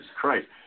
Christ